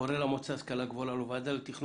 קורא למועצה להשכלה גבוהה ולוועדה לתכנון